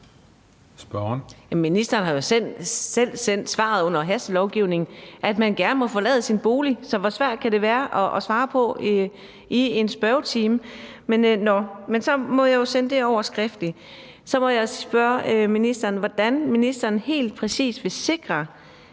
ministeren har jo selv sendt det svar under hastelovgivningen, at man gerne må forlade sin bolig. Så hvor svært kan det være at svare på i en spørgetid? Men så må jeg jo sende det over skriftligt. Så må jeg spørge ministeren, hvordan ministeren helt præcis vil sikre,